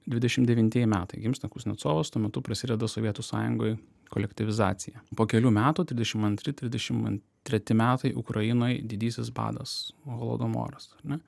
dvidešim devintieji metai gimsta kuznecovas tuo metu prasideda sovietų sąjungoj kolektyvizacija po kelių metų trisdešim antri trisdešim treti metai ukrainoj didysis badas holodomoras ar ne